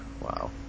Wow